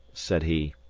said he.